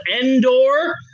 Endor